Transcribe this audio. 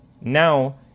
Now